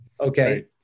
Okay